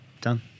done